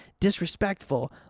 disrespectful